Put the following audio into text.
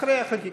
אחר כך